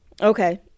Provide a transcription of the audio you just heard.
Okay